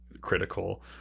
critical